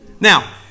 Now